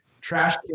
Trash